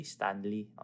Stanley